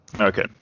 Okay